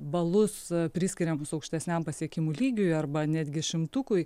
balus priskiriamus aukštesniam pasiekimų lygiui arba netgi šimtukui